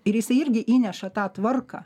ir jisai irgi įneša tą tvarką